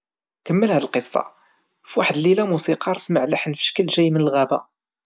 كمل هاد القصة، فواحد الليلة موسيقار سمع لحن فشكل جاي من الغابة.